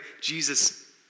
Jesus